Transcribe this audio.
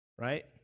right